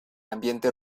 ambiente